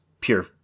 pure